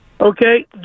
okay